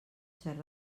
cert